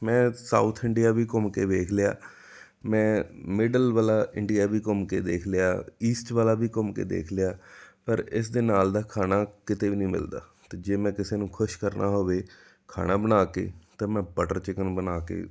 ਮੈਂ south India ਵੀ ਘੁੰਮ ਕੇ ਵੇਖ ਲਿਆ ਮੈਂ ਮਿਡਲ ਵਾਲਾ ਇੰਡੀਆ ਵੀ ਘੁੰਮ ਕੇ ਦੇਖ ਲਿਆ ਈਸਟ ਵਾਲਾ ਵੀ ਘੁੰਮ ਕੇ ਦੇਖ ਲਿਆ ਪਰ ਇਸ ਦੇ ਨਾਲ ਦਾ ਖਾਣਾ ਕਿਤੇ ਵੀ ਨਹੀਂ ਮਿਲਦਾ ਅਤੇ ਜੇ ਮੈਂ ਕਿਸੇ ਨੂੰ ਖੁਸ਼ ਕਰਨਾ ਹੋਵੇ ਖਾਣਾ ਬਣਾ ਕੇ ਤਾਂ ਮੈਂ ਬਟਰ ਚਿਕਨ ਬਣਾ ਕੇ